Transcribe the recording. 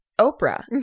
Oprah